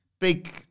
big